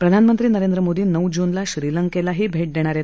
प्रधानमंत्री नरेंद्र मोदी नऊ जूनला श्रीलंकेलाही भेट देणार आहेत